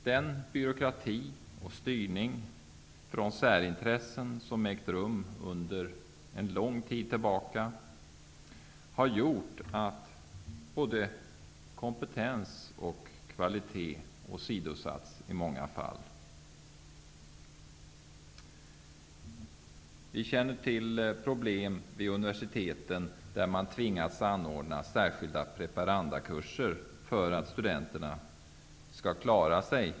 Den byråkrati och styrning från särintressen som ägt rum sedan en lång tid tillbaka har gjort att både kompetens och kvalitet har åsidosatts i många fall. Vi känner till problem vid universiteten där man tvingas anordna preparandkurser för att studenterna skall klara sig.